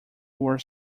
were